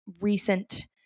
recent